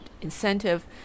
incentive